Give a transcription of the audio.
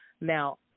Now